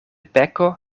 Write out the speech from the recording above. peko